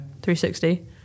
360